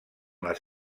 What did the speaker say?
les